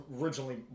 originally